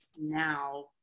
now